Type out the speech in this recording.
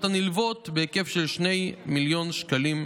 הנלוות בהיקף של 2 מיליון שקלים בשנה.